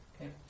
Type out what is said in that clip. okay